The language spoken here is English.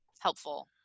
helpful